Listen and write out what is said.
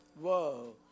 Whoa